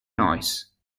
noise